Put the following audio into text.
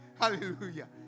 Hallelujah